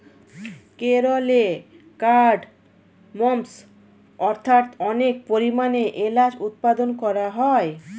কেরলে কার্ডমমস্ অর্থাৎ অনেক পরিমাণে এলাচ উৎপাদন করা হয়